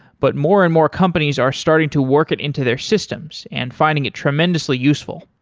but more and more companies are starting to work it into their systems and finding it tremendously useful.